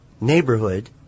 neighborhood